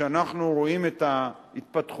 שאנחנו רואים את ההתפתחויות,